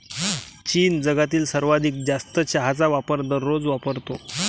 चीन जगातील सर्वाधिक जास्त चहाचा वापर दररोज वापरतो